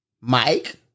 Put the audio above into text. Mike